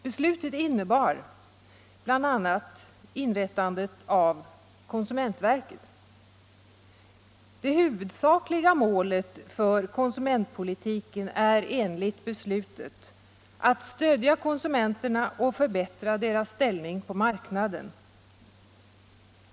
Beslutet innebar bl.a. inrättandet av konsumentverket. Det huvudsakliga målet för konsumentpolitiken är enligt beslutet att stödja konsumenterna och förbättra deras ställning på marknaden.